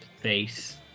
face